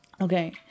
okay